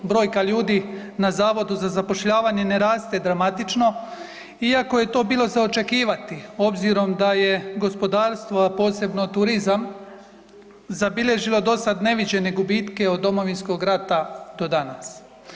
Brojka ljudi na Zavodu za zapošljavanje ne raste dramatično iako je to bilo za očekivati obzirom da je gospodarstvo, a posebno turizam zabilježilo dosad neviđene gubitke od Domovinskog rata do danas.